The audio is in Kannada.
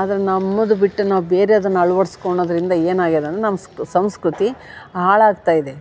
ಆದರೆ ನಮ್ಮದು ಬಿಟ್ಟು ನಾವು ಬೇರೆದನ ಅಳ್ವಡ್ಸ್ಕೊಣೊದರಿಂದ ಏನಾಗ್ಯದನ್ ನಮ್ಮ ಸಂಸ್ಕೃತಿ ಹಾಳಾಗ್ತಾಯಿದೆ